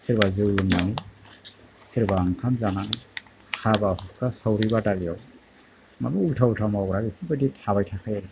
सोरबा जौ लोंनाय सोरबा ओंखाम जानाय हाबा हुखा सावरि बादारियाव माबा उल्था उल्था मावग्रा बेफोरबायदि आ थाबाय थाखायो